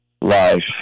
life